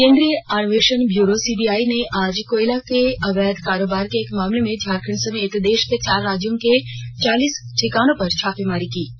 केन्द्रीय अन्वेषण bureau CBI ने आज कोयले के अवैध कारोबार के एक मामले में झारखण्ड समेत देश के चार राज्यों के चालीस ठिकानों पर छापेमारी की है